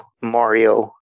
Mario